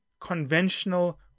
conventional